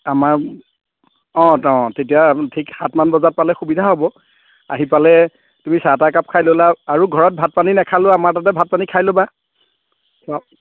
আমাৰ অ অ তেতিয়া ঠিক সাতমান বজাত পালে সুবিধা হ'ব আহি পালে তুমি চাহ তাহ একাপ খাই ল'লা আৰু ঘৰত ভাত পানী নাখালেও আমাৰ তাতে ভাত পানী খাই ল'বা